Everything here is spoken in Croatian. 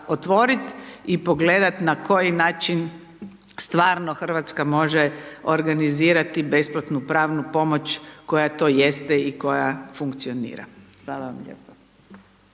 pogledati na koji način stvarno Hrvatska može organizirati besplatnu pravnu pomoć koja to jeste i koja funkcionira. Hvala vam lijepa.